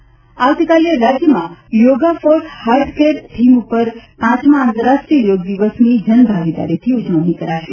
યોગ દિવસ આવતીકાલે રાજ્યમાં યોગા ફોર હાર્ટ કેર થીમ પર પાંચમા આંતરરાષ્ટ્રીય યોગ દિવસની જનભાગીદારીથી ઉજવણી કરાશે